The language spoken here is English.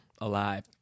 alive